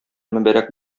мөбарәк